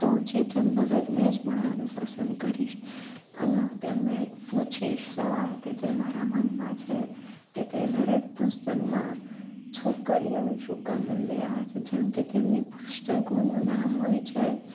તો હું ચેતન ભગતને જ મળવાનું પસંદ કરીશ અને હું તેમને એક પૂછીશ સવાલ કે જે મારા મનમાં છે કે તે દરેક પુસ્તકમાં છોકરીઓને શું કામ લઈ આવે છે જેમકે તેમની પુસ્તકોનું નામ હોય છે